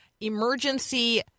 emergency